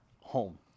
home